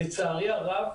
לצערי הרב,